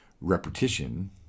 repetition